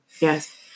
Yes